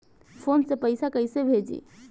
Phone से पैसा कैसे भेजी?